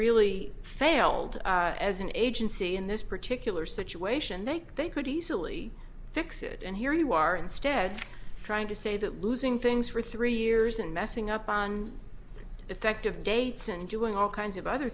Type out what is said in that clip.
really failed as an agency in this particular situation then they could easily fix it and here you you are instead trying to say that losing things for three years and messing up on effective dates and doing all kinds of other